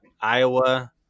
Iowa